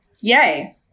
Yay